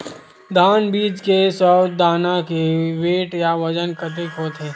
धान बीज के सौ दाना के वेट या बजन कतके होथे?